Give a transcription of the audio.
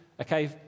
Okay